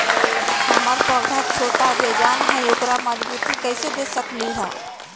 हमर पौधा छोटा बेजान हई उकरा मजबूती कैसे दे सकली ह?